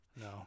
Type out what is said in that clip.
No